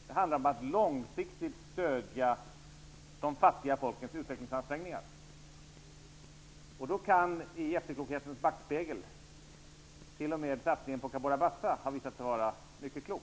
Det handlar om att långsiktigt stödja de fattig folkens utvecklingsansträngningar. I efterklokhetens backspegel kan t.o.m. satsningen på Cabora Bassa visa sig vara mycket klok.